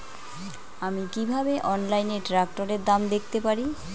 আমি কিভাবে অনলাইনে ট্রাক্টরের দাম দেখতে পারি?